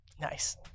Nice